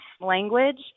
language